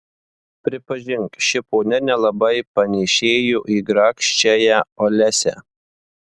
pripažink ši ponia nelabai panėšėjo į grakščiąją olesią